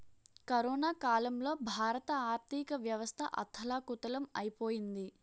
corona కాలంలో భారత ఆర్థికవ్యవస్థ అథాలకుతలం ఐపోయింది